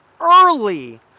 early